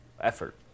effort